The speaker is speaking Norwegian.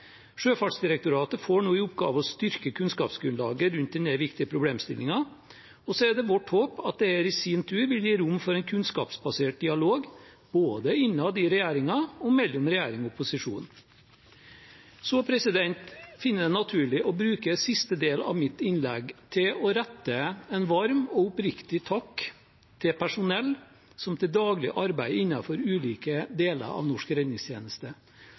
Sjøfartsdirektoratet får nå i oppgave å styrke kunnskapsgrunnlaget rundt denne viktige problemstillingen, og så er det vårt håp at dette i sin tur vil gi rom for en kunnskapsbasert dialog både innad i regjeringen og mellom regjering og opposisjon. Jeg finner det naturlig å bruke siste del av mitt innlegg til å rette en varm og oppriktig takk til personellet som til daglig arbeider innenfor ulike deler av norsk